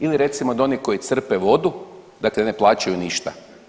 Ili recimo, da oni koji crpe vodu dakle ne plaćaju ništa.